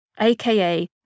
AKA